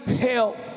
help